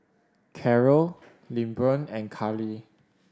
Carrol Lilburn and Karly